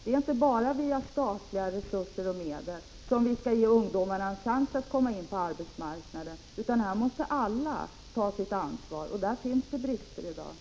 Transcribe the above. Det är inte bara via statliga resurser och medel som vi skall ge ungdomarna en chans att komma in på arbetsmarknaden, utan här måste alla ta sitt ansvar, och där finns det i dag brister.